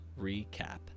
Recap